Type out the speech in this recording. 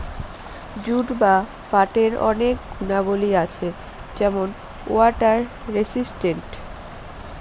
jute বা পাটের অনেক গুণাবলী আছে যেমন ওয়াটার রেসিস্টেন্ট